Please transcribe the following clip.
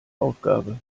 aufgabe